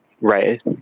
Right